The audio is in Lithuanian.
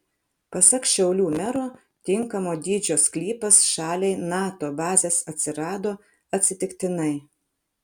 pasak šiaulių mero tinkamo dydžio sklypas šaliai nato bazės atsirado atsitiktinai